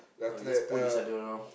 ya we just pull each other around